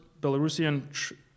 Belarusian